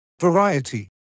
variety